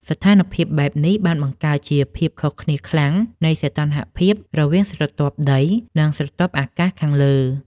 ស្ថានភាពបែបនេះបានបង្កើតជាភាពខុសគ្នាខ្លាំងនៃសីតុណ្ហភាពរវាងស្រទាប់ដី និងស្រទាប់អាកាសខាងលើ។